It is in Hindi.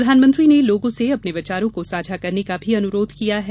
प्रधानमंत्री ने लोगों से अपने विचारों को साझा करने का भी अनुरोध किया है